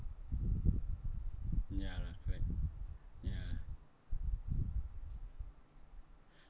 ya lah correct ya